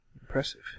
Impressive